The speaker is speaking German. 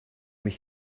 mich